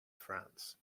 france